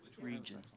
region